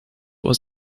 was